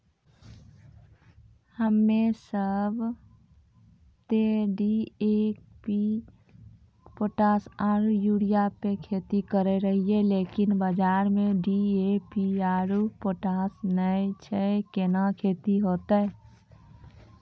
हम्मे सब ते डी.ए.पी पोटास आरु यूरिया पे खेती करे रहियै लेकिन बाजार मे डी.ए.पी आरु पोटास नैय छैय कैना खेती होते?